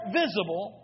visible